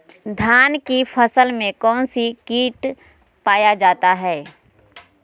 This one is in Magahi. धान की फसल में कौन सी किट पाया जाता है?